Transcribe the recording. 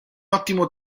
ottimo